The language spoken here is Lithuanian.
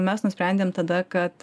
mes nusprendėm tada kad